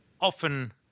often